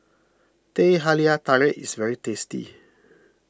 Teh Halia Tarik is very tasty